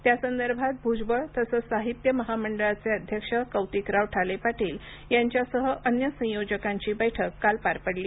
त्यासंदर्भात भूजबळ तसंच साहित्य महामंडळाचे अध्यक्ष कौतीकराव ठाले पाटील यांच्यासह अन्य संयोजकांची बैठक काल पार पडली